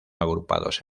agrupados